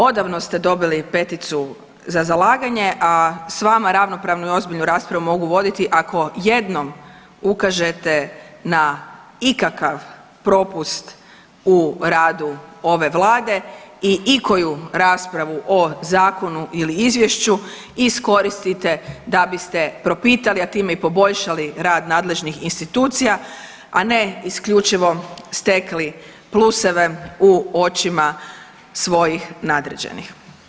Odavno ste dobili peticu za zalaganje, a s vama ravnopravnu i ozbiljnu raspravu mogu voditi ako jednom ukažete na ikakav propust u radu ove vlade i ikoju raspravu o zakonu ili izvješću iskoristite da biste propitali, a time i poboljšali rad nadležnih institucija, a ne isključivo stekli pluseve u očima svojih nadređenih.